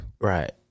Right